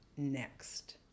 next